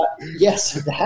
Yes